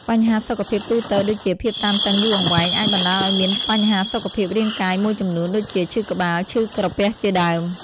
បញ្ហាសុខភាពទូទៅដូចជាភាពតានតឹងយូរអង្វែងអាចបណ្តាលឲ្យមានបញ្ហាសុខភាពរាងកាយមួយចំនួន ដូចជាឈឺក្បាល ឈឺក្រពះជាដើម ។